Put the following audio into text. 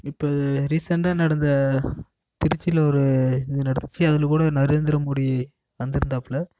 இப்போ ரீசண்டாக நடந்த திருச்சியில் ஒரு இது நடந்துச்சு அதில் கூட நரேந்திர மோடி வந்திருந்தாப்புல